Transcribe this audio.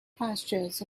pastures